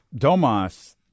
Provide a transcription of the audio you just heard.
Domas